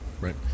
right